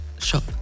shop